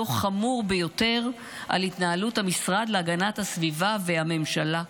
דוח חמור ביותר על התנהלות המשרד להגנת הסביבה והממשלה.